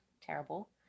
terrible